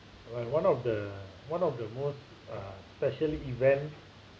alright one of the one of the most uh special event